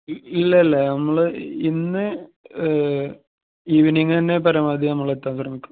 ഇല്ല ഇല്ല നമ്മൾ ഇന്ന് ഈവനിംഗ് തന്നെ പരമാവധി നമ്മൾ എത്താൻ ശ്രമിക്കും